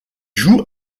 jouent